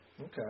Okay